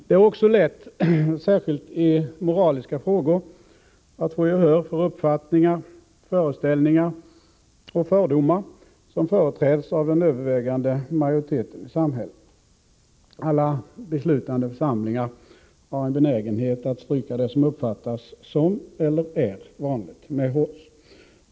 Det är också lätt, särskilt i moraliska frågor, att få gehör för uppfattningar, föreställningar och fördomar som företräds av den övervägande majoriteten i samhället. Alla beslutande församlingar har en benägenhet att stryka det som uppfattas som eller är vanligt medhårs.